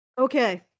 Okay